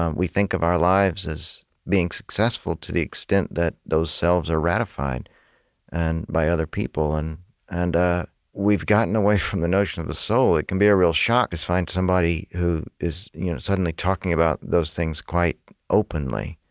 um we think of our lives as being successful to the extent that those selves are ratified and by other people, and and ah we've we've gotten away from the notion of the soul. it can be a real shock to find somebody who is you know suddenly talking about those things quite openly